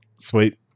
Sweet